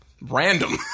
random